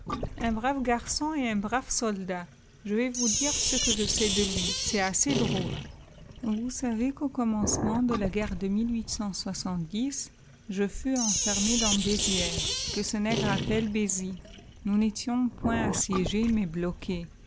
un brave garçon et un brave soldat je vais vous dire ce que je sais de lui c'est assez drôle vous savez qu'au commencement de la guerre de je fus enfermé dans bézières que ce nègre appelle bézi nous n'étions point assiégés mais bloqués